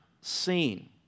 seen